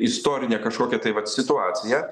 istorinę kažkokią tai vat situaciją